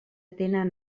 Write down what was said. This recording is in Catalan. tenen